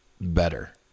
better